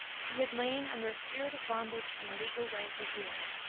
he had lain under a spirit of bondage and a legal way for years,